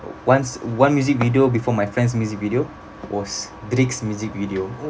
once one music video before my friend's music video was drake's music video